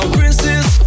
Princess